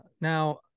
now